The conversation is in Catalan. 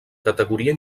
categoria